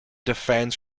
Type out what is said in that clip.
defends